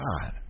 God